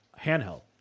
handheld